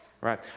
Right